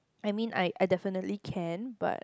I mean I I definitely can but